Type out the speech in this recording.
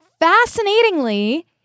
Fascinatingly